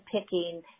picking